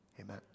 Amen